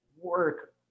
Work